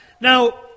Now